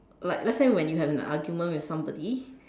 like let's say when you have an argument with somebody